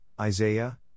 Isaiah